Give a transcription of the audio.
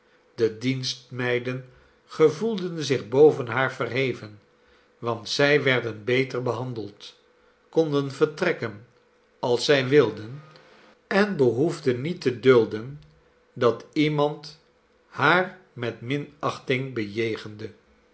de dienstmeiden gevoelden zich boven haar verheven want zij werden beter behandeld konden vertrekken als zij wilden en behoefden niet te dulden dat iemand haar met minachting bejegende